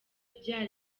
rya